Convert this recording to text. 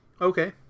Okay